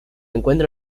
encuentra